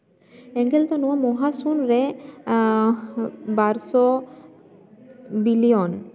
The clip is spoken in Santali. ᱮᱸᱜᱮᱞ ᱫᱚ ᱱᱚᱣᱟ ᱢᱚᱦᱟᱥᱩᱱ ᱨᱮ ᱵᱟᱨᱥᱚ ᱵᱤᱞᱤᱭᱚᱱ